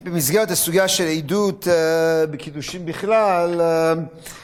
במסגרת הסוגיה של עדות בקידושים בכלל